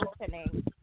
listening